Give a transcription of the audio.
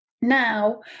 now